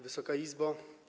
Wysoka Izbo!